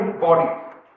Body